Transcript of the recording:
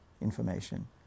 information